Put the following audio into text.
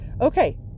Okay